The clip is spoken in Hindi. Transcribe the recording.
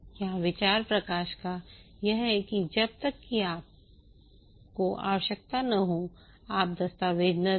यहाँ विचार प्रकाश का यह है कि जब तक कि आपको आवश्यकता न हो आप दस्तावेज़ न दें